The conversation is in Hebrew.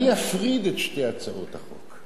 אני אפריד את שתי הצעות החוק.